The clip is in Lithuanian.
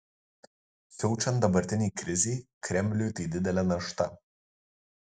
siaučiant dabartinei krizei kremliui tai didelė našta